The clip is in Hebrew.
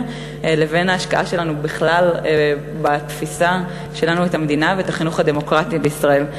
לבין ההשקעה שלנו בכלל בתפיסה שלנו את המדינה ואת החינוך הדמוקרטי בישראל.